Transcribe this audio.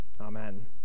Amen